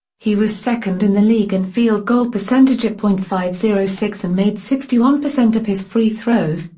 he was second in the league in and field goal percentage at point five zero six and made sixty one percent of his free throws,